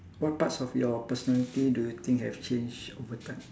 what parts of your personality do you think have change over time